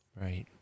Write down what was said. Right